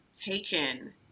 taken